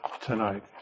tonight